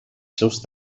seus